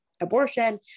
abortion